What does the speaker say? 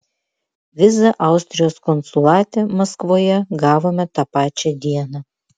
vizą austrijos konsulate maskvoje gavome tą pačią dieną